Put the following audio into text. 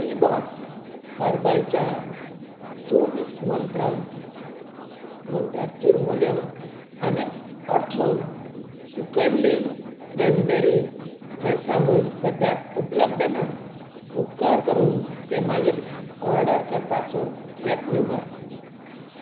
Teabox हर्बलच्या चोवीस मंत्रा मंत्रा चुरमुल्यो आनी अर्थॉन सुकल्ली क्रॅनबेरी हे सामान सद्याक उपलब्ध ना उपकार करून ते मागीर ऑर्डर करपाचो यत्न कर